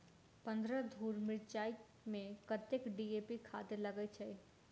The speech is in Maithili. पन्द्रह धूर मिर्चाई मे कत्ते डी.ए.पी खाद लगय छै?